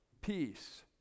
peace